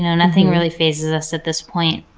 and nothing really fazes us at this point.